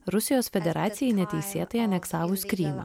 rusijos federacijai neteisėtai aneksavus krymą